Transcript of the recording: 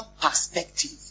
perspective